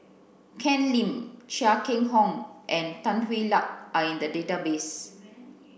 Ken Lim Chia Keng and Tan Hwa Luck are in the database